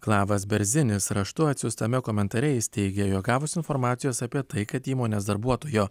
klavas berzinis raštu atsiųstame komentare jis teigė jog gavus informacijos apie tai kad įmonės darbuotojo